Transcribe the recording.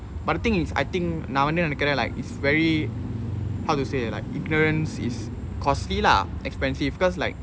but the thing is I think நா வந்து நினைக்கிறேன்:naa vanthu ninaikiren like it's very how to say like ignorance is costly lah expensive cause like